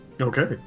Okay